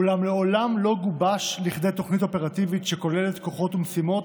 אולם מעולם לא גובש לכדי תוכנית אופרטיבית שכוללת כוחות ומשימות,